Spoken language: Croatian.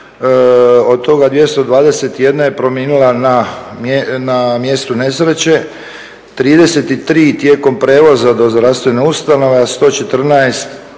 od toga 221 je preminula na mjestu nesreće, 33 tijekom prijevoza do zdravstvene ustanove, a 114